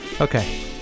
Okay